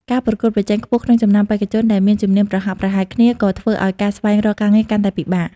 ការប្រកួតប្រជែងខ្ពស់ក្នុងចំណោមបេក្ខជនដែលមានជំនាញប្រហាក់ប្រហែលគ្នា ក៏ធ្វើឲ្យការស្វែងរកការងារកាន់តែពិបាក។